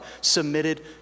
submitted